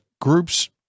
groups